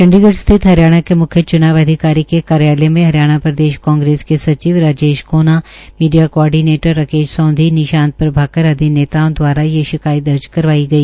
चंडीगढ़ स्थित हरियाणा के म्ख्य च्नाव अधिकारी के कार्यालय में हरियाणा प्रदेश कांग्रेस के सचिव राजेश कोनाए मीडिया कोऑर्डीनेटर राकेश सोंधीए निशांत प्रभाकरए आदि नेताओं दवारा यह शिकायत दर्ज करवाई गई